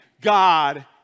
God